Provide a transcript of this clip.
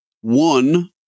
one